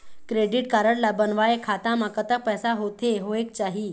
Credit card ला बनवाए खाता मा कतक पैसा होथे होएक चाही?